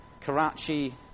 Karachi